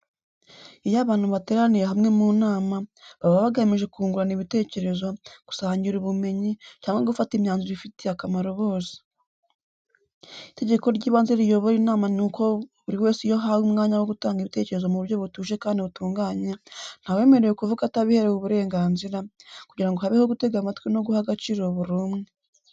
Iyo abantu bateraniye hamwe mu nama, baba bagamije kungurana ibitekerezo, gusangira ubumenyi, cyangwa gufata imyanzuro ifitiye akamaro bose. Itegeko ry’ibanze riyobora inama ni uko buri wese iyo ahawe umwanya wo gutanga ibitekerezo mu buryo butuje kandi butunganye, ntawemerewe kuvuga atabiherewe uburenganzira, kugira ngo habeho gutega amatwi no guha agaciro buri umwe.